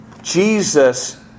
Jesus